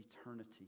eternity